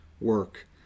work